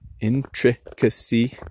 intricacy